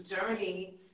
journey